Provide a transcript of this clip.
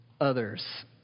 others